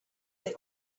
they